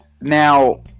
Now